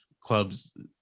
clubs